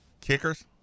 Kickers